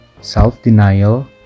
Self-denial